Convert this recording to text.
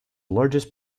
largest